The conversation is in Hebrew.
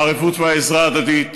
הערבות והעזרה ההדדית,